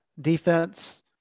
defense